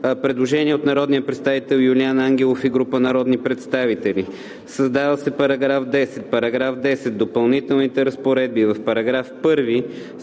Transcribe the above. Предложение от народния представител Юлиан Ангелов и група народни представители: „Създава се § 10: § 10. В допълнителните разпоредби в § 1